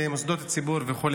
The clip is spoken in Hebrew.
למוסדות ציבור וכו',